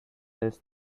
else